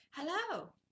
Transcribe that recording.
Hello